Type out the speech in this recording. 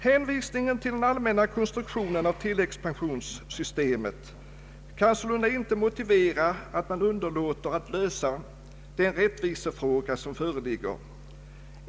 Hänvisningen till den allmänna konstruktionen av tilläggspensionssystemet kan sålunda inte motivera att man underlåter att lösa den rättvisefråga som föreligger.